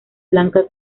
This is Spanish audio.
blanca